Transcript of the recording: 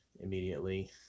immediately